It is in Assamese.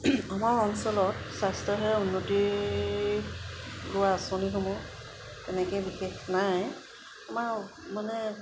আমাৰ অঞ্চলত স্বাস্থ্যসেৱা উন্নতি লোৱা আঁচনিসমূহ তেনেকৈ বিশেষ নাই আমাৰ মানে